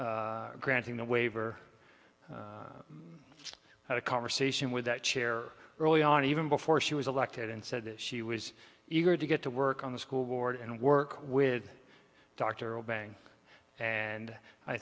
granting the waiver we had a conversation with that chair early on even before she was elected and said she was eager to get to work on the school board and work with doctoral bang and i